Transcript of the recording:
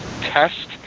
test